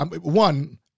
One